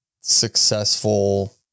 successful